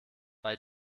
bei